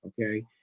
Okay